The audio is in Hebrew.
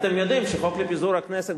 אתם יודעים שחוק לפיזור הכנסת,